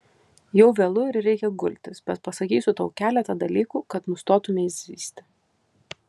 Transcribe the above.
jau vėlu ir reikia gultis bet pasakysiu tau keletą dalykų kad nustotumei zyzti